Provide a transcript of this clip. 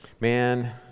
man